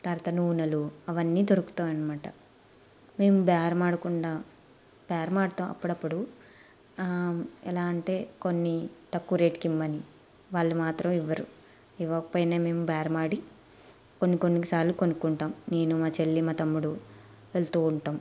తర్వాత నూనెలు అవన్నీ దొరుకుతాయనమాట మేం బేరమాడకుండా బేరమాడతాం అప్పుడప్పుడు ఎలా అంటే కొన్ని తక్కువ రేట్కి ఇవ్వమని వాళ్లు మాత్రం ఇవ్వరు ఇవ్వకపోయినా మేం బేరమాడి కొన్ని కొన్ని సార్లు కొనుకుంటాం నేను మా చెల్లి మా తమ్ముడు వెళ్తూ ఉంటాం